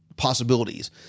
possibilities